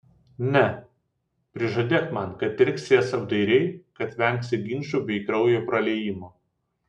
ne prižadėk man kad elgsiesi apdairiai kad vengsi ginčų bei kraujo praliejimo